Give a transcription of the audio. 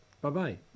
Bye-bye